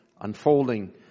unfolding